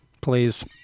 please